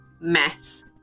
mess